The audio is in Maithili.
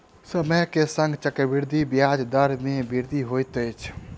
समय के संग चक्रवृद्धि ब्याज दर मे वृद्धि होइत अछि